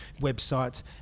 websites